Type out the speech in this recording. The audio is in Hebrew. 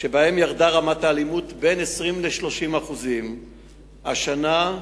שבהן ירדה רמת האלימות ב-20% 30%. השנה,